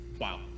Wow